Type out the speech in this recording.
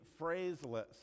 phraseless